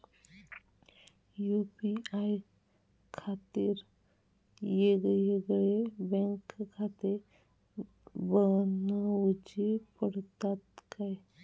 UPI खातीर येगयेगळे बँकखाते बनऊची पडतात काय?